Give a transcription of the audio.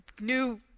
new